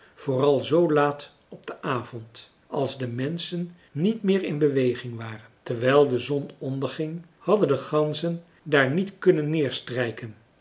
vooral zoo laat op den avond als de menschen niet meer in beweging waren terwijl de zon onderging hadden de ganzen daar niet kunnen neerstrijken